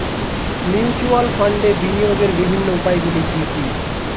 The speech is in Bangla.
মিউচুয়াল ফান্ডে বিনিয়োগের বিভিন্ন উপায়গুলি কি কি?